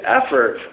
effort